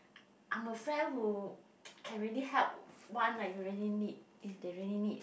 I'm a friend who can really help one lah you really need if they really need